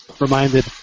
reminded